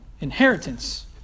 inheritance